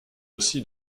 aussi